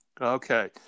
Okay